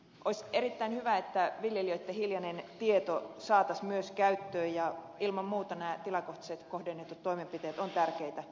olisi erittäin hyvä että viljelijöitten hiljainen tieto saataisiin myös käyttöön ja ilman muuta nämä tilakohtaiset kohdennetut toimenpiteet ovat tärkeitä